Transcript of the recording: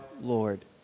Lord